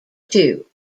two